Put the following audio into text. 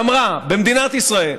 ואמרה: במדינת ישראל,